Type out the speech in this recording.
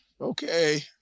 Okay